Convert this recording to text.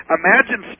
imagine